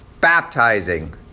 baptizing